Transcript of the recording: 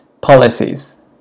policies